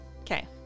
okay